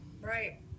Right